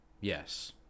Yes